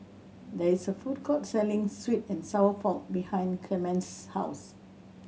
there is a food court selling sweet and sour pork behind Clemence's house